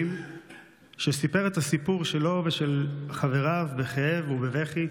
במילואים, וסיפר את הסיפור שלו ושל חבריו בכאב ובבכי.